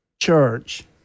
church